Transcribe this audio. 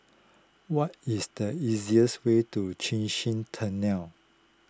what is the easiest way to Chin Swee Tunnel